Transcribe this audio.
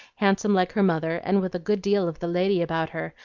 handsome like her mother, and with a good deal of the lady about her,